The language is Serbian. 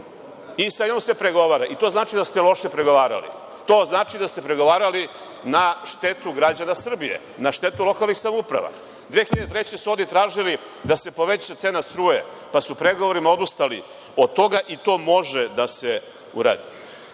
i sa njom se pregovara i to znači da ste loše pregovarali. To znači da ste pregovarali na štetu građana Srbije, na štetu lokalnih samouprava. Godine 2003. su oni tražili da se poveća cena struje, pa su u pregovorima odustali od toga i to može da se